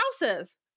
houses